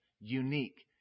unique